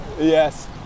Yes